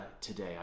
today